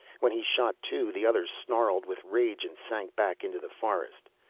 when he shot two, the others snarled with rage and sank back into the forest.